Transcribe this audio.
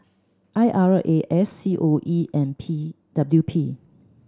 I R A S C O E and P W P